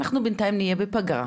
אנחנו בינתיים נהיה בפגרה,